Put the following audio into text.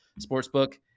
Sportsbook